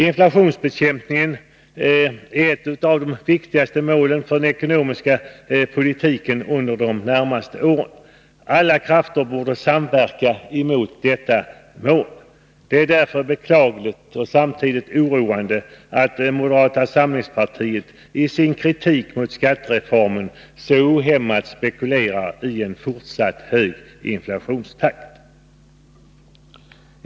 Inflationsbekämpningen är ett av de viktigaste målen för den ekonomiska politiken under de närmaste åren. Alla krafter borde samverka mot detta mål. Det är därför beklagligt och samtidigt oroande att moderata samlingspartiet i sin kritik mot skattereformen så ohämmat spekulerar i en fortsatt hög inflationstakt.